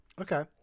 Okay